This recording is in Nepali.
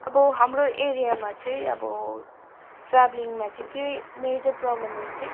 अब हाम्रो एरियामा चाहिँ अब ट्रभालिङमा चाहिँ के मेजर प्रब्लमहरू चाहिँ